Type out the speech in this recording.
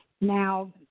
Now